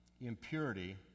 impurity